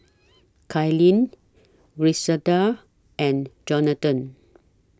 Caitlyn Griselda and Jonathan